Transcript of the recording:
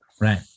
Right